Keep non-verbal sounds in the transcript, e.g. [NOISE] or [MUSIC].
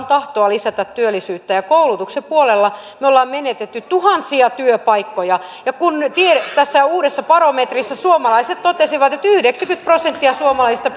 [UNINTELLIGIBLE] tahtoa lisätä työllisyyttä ja koulutuksen puolella me olemme menettäneet tuhansia työpaikkoja kun tässä uudessa barometrissä suomalaiset totesivat että yhdeksänkymmentä prosenttia suomalaisista